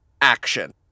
action